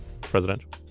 presidential